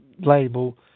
label